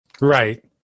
Right